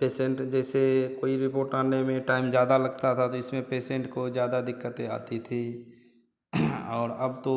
patient जैसे कोई report आने में टाइम ज़्यादा लगता था तो इसमें पेसेंट को ज़्यादा दिक़्क़तें आती थी और अब तो